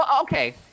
okay